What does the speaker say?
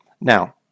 now